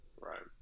Right